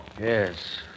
Yes